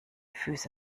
füße